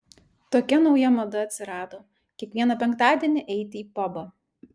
tokia nauja mada atsirado kiekvieną penktadienį eiti į pabą